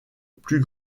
plus